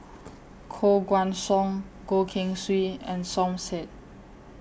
Koh Guan Song Goh Keng Swee and Som Said